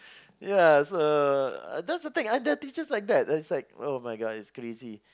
ya so that's the thing there are teaches like that it's like [oh]-my-God it's crazy